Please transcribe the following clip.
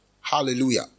Hallelujah